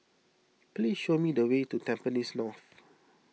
please show me the way to Tampines North